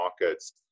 markets